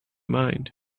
mind